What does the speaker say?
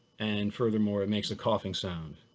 and furthermore, it makes a coughing sound,